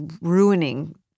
ruining